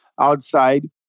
outside